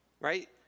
right